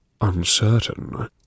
uncertain